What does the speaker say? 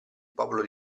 popolo